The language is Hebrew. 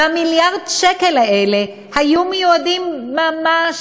ומיליארד השקל האלה היו מיועדים ממש